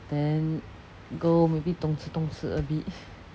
then go maybe dum zi dum zi a bit